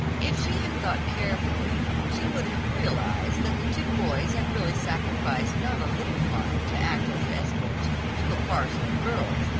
if she had thought carefully, she would have realized that the two boys had really sacrificed not a little fun to act as escorts to a parcel of girls,